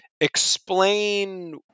explain